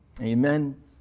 Amen